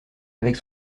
avec